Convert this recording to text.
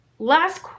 last